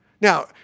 Now